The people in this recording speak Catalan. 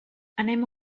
anem